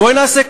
בואי נעשה,